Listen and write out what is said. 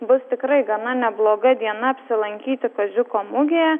bus tikrai gana nebloga diena apsilankyti kaziuko mugėje